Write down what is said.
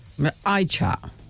iChat